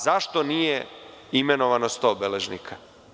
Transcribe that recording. Zašto nije imenovano 100 beležnika?